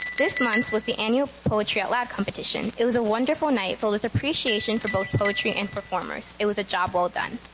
this month was the annual poetry out loud competition. it was a wonderful night filled with appreciation for both poetry and performers. it was a job well done.